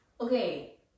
Okay